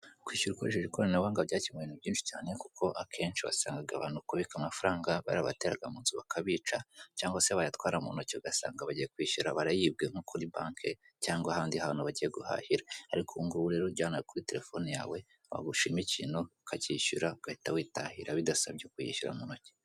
Kwishyura ukoresheje ikoranabuhanga byakemuye ibintu byinshi cyane, kuko akenshi wasangaga abantu mu kubika amafaranga, barabateraga mu nzu bakabica, cyangwa se bayatwara mu ntoki ugasanga bagiye kwishyura barayibwe nko kuri banki, cyangwa ahandi hantu bagiye guhahira. Ariko ubu ngubu rero ujyana kuri telefoni yawe, washima ikintu ukakishyura ugahita witahira bidasabye kuyishyura mu ntoki.